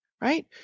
right